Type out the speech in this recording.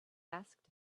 asked